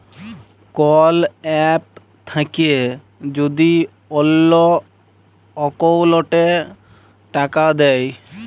call app থাক্যে যদি অল্লো অকৌলটে টাকা দেয়